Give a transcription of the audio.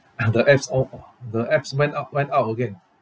ah the apps all all the apps went out went out again